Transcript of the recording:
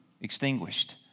extinguished